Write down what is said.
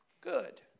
good